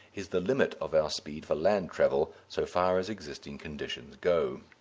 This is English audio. is the limit of our speed for land travel, so far as existing conditions go.